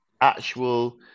actual